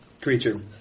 creature